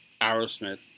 Aerosmith